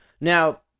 Now